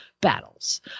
battles